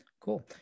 Cool